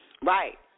Right